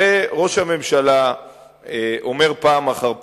הרי ראש הממשלה אומר פעם אחר פעם,